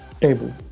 table